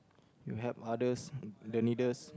you helped others the needers